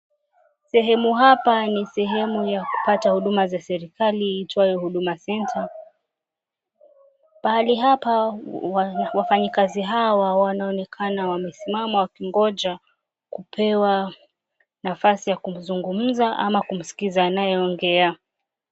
Sehemu hapa ni sehemu ya kupata huduma za serikali iitwayo Huduma Centre. Pahali hapa wafanyikazi hawa wanaonekana wamesimama wakingoja kupewa nafasi ya kuzungumza ama kumsikiza anayeongea.